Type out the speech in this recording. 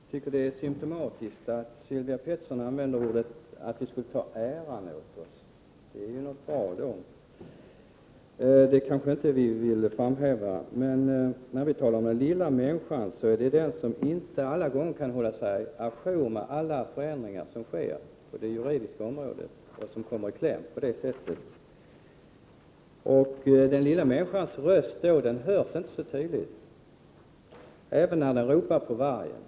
Herr talman! Jag tycker att det är symptomatiskt att Sylvia Pettersson uttryckte sig på det sättet att vi skulle ”ta äran åt oss”. Det är ju då fråga om något bra, och det kanske vi inte vill framhäva. När vi talar om den lilla människan menar vi den som inte alltid kan hålla sig )B9( jour med alla de förändringar som sker på det juridiska området och därför kommer i kläm. Den lilla människans röst hörs då inte så tydligt, även om hon ropar på vargen.